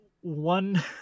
one